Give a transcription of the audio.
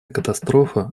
катастрофа